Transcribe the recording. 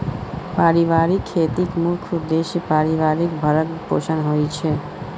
परिबारिक खेतीक मुख्य उद्देश्य परिबारक भरण पोषण होइ छै